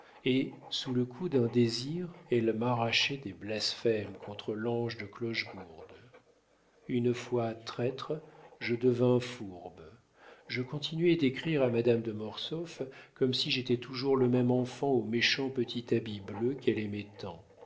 et sous le coup d'un désir elle m'arrachait des blasphèmes contre l'ange de clochegourde une fois traître je devins fourbe je continuai d'écrire à madame de mortsauf comme si j'étais toujours le même enfant au méchant petit habit bleu qu'elle aimait tant